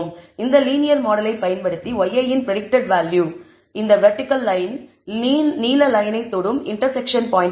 இந்த லீனியர் மாடலை பயன்படுத்தி yi இன் பிரடிக்டட் வேல்யூ இந்த வெர்டிகல் லயன் நீல லயனை தொடும் இன்டெர்செக்ஷன் பாயிண்ட்டாகும்